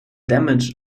damage